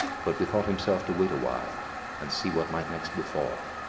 but bethought himself to wait awhile and see what might next befal.